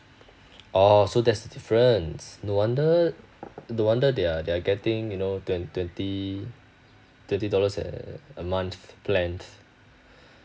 orh so that's the difference no wonder no wonder they are they're getting you know twenty twenty thirty dollars eh a month plans